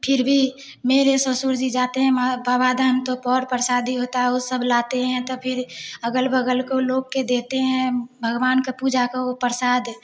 फिर भी मेरे ससुर जी जाते हैं वहाँ बाबा धाम तो पर परसादी होता है वह सब लाते हैं तब फिर अग़ल बग़ल के लोग को देते हैं भगवान का पूजा का वो प्रसाद